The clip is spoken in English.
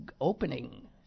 opening